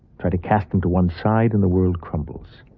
try to cast them to one side and the world crumbles.